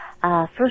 First